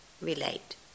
relate